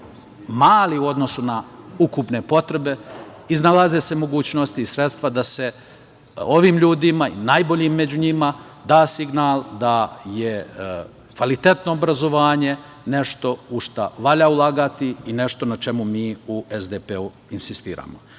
mali u odnosu na ukupne potrebe iznalaze se mogućnosti i sredstva da se ovim ljudima i najboljim među njima da signal da je kvalitetno obrazovanje nešto u šta valja ulagati i nešto na čemu mi u SDP insistiramo. Još